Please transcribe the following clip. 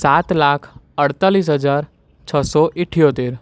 સાત લાખ અડતાળીસ હજાર છસો ઇઠ્ઠોતેર